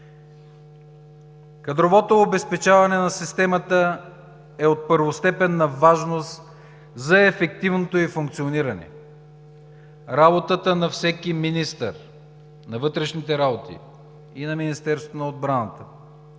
Кадровото обезпечаване на системата е от първостепенна важност за ефективното ѝ функциониране. Работата на всеки министър на вътрешните работи и на Министерството на отбраната